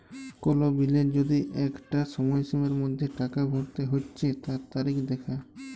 কোল বিলের যদি আঁকটা সময়সীমার মধ্যে টাকা ভরতে হচ্যে তার তারিখ দ্যাখা